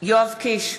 יואב קיש,